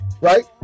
Right